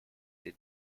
did